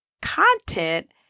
content